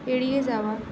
এড়িয়ে যাওয়া